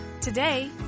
Today